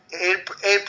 April